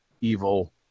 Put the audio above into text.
Evil